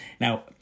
Now